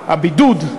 הבידוד,